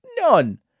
None